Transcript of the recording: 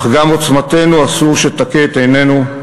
אך גם עוצמתנו אסור שתכהה את עינינו.